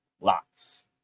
lots